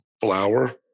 flour